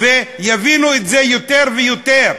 ויבינו את זה יותר ויותר.